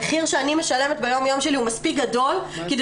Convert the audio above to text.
המחיר שאני משלמת ביום יום שלי הוא מספיק גדול כדי